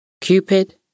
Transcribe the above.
Cupid